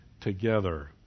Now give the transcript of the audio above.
together